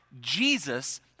Jesus